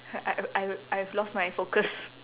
I I I I I've lost my focus